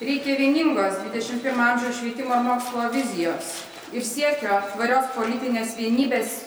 reikia vieningos dvidešimt pirmo amžiaus švietimo mokslo vizijos ir siekio tvarios politinės vienybės